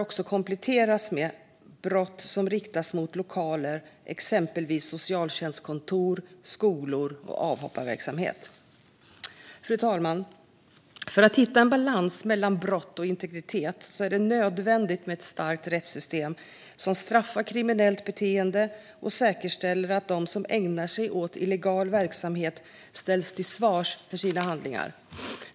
Men det bör kompletteras med brott som riktas mot lokaler, exempelvis socialtjänstkontor, skolor och avhopparverksamhet. Fru talman! För att hitta en balans mellan brott och integritet är det nödvändigt med ett starkt rättssystem som straffar kriminellt beteende och säkerställer att de som ägnar sig åt illegal verksamhet ställs till svars för sina handlingar.